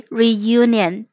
reunion 。